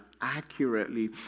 accurately